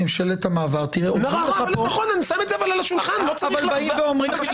אני שם אותה על השולחן ואני אומר שבתקופה